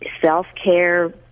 self-care